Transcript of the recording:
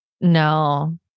No